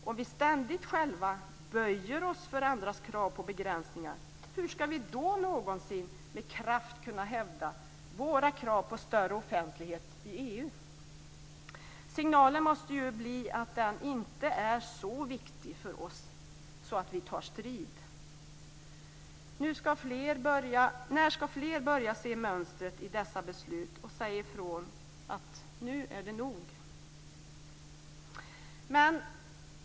Om vi ständigt böjer oss för andras krav på begränsningar, hur ska vi då någonsin med kraft kunna hävda våra krav på större offentlighet i EU? Signalen måste ju bli att det inte är så viktigt för oss att vi tar strid. När ska fler börja att se mönstret i dessa beslut och säga ifrån att det nu är nog?